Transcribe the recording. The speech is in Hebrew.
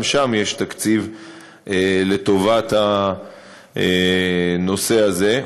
גם שם יש תקציב לטובת הנושא הזה.